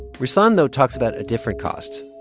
ruslan, though, talks about a different cost.